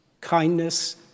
kindness